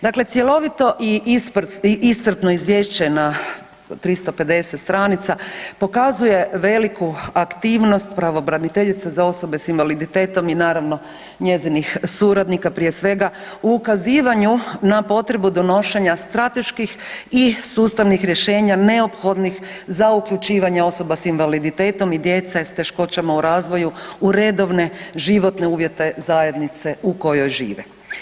Dakle, cjelovito i iscrpno izvješće na 350 stranica pokazuje veliku aktivnost pravobraniteljice za osobe s invaliditetom i naravno njezinih suradnika prije svega u ukazivanju na potrebu donošenja strateških i sustavnih rješenja neophodnih za uključivanje osoba s invaliditetom i djece s teškoćama u razvoju u redovne životne uvjete zajednice u kojoj žive.